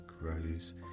grows